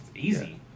easy